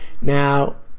Now